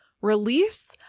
release